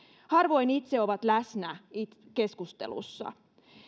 harvoin itse ovat läsnä keskustelussa